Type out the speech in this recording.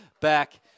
back